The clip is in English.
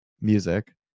music